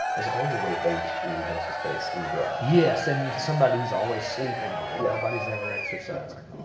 is always a weight bench in the rehearsal space in the garage. yes. and somebody who's always sleeping on it. yeah nobody's ever exercising